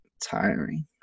tiring